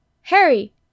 Harry